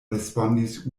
respondis